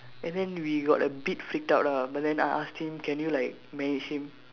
and then we got a bit freak out lah but then I ask him can you like manage him